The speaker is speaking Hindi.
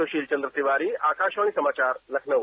सुशील चंद्र तिवारी आकाशवाणी समाचार लखनऊ